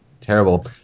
terrible